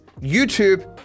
YouTube